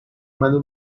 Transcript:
منو